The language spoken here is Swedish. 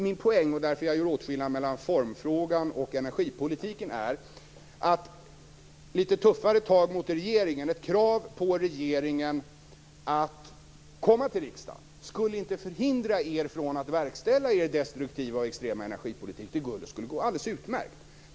Min poäng, och orsaken till att jag gör åtskillnad mellan formfrågan och energipolitiken, är att litet tuffare tag mot regeringen, ett krav på regeringen att komma till riksdagen, inte skulle förhindra er från att verkställa er destruktiva och extrema energipolitik. Det skulle gå alldeles utmärkt.